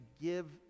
give